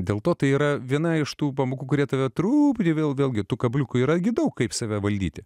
dėl to tai yra viena iš tų pamokų kurie tave trukdė vėl vėlgi tų kabliukų yra daug kaip save valdyti